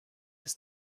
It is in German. des